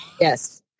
Yes